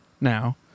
now